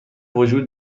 وجود